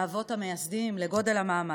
לאבות המייסדים, לגודל המעמד.